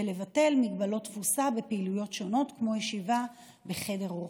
ולבטל מגבלות תפוסה ופעילויות שונות כמו ישיבה בחדר אוכל,